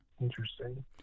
Interesting